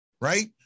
Right